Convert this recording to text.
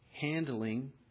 handling